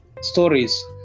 stories